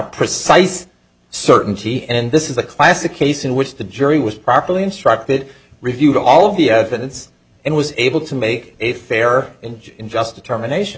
precise certainty and this is a classic case in which the jury was properly instructed reviewed all of the evidence and was able to make a fair and in just a termination